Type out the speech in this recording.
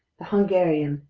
the hungarian,